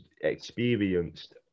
experienced